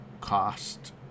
cost